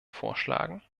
vorschlagen